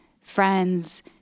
friends